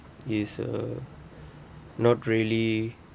is a not really